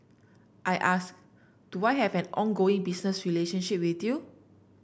I asked do I have an ongoing business relationship with you